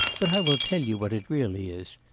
but i will tell you what it really is.